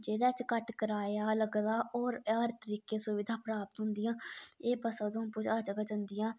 जेह्दे च घट्ट कराया लगदा होर हर तरीके सुभिदा प्रापत होंदियां एह् बस्सां उधमपुर च हर जगहा जांदियां